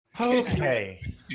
Okay